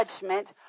judgment